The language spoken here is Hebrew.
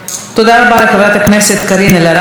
תודה רבה לחברת הכנסת קארין אלהרר.